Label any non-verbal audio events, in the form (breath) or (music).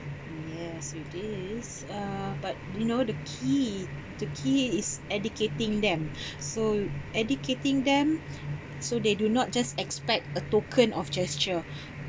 yes it is uh but you know the key the key is educating them (breath) so educating them (breath) so they do not just expect a token of gesture